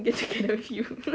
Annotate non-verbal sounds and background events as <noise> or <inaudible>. care of you <laughs>